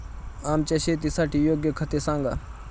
आमच्या शेतासाठी योग्य खते सांगा